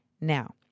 Now